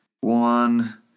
one